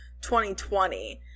2020